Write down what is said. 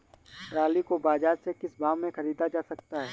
Trolley को बाजार से किस भाव में ख़रीदा जा सकता है?